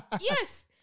Yes